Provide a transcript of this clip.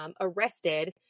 arrested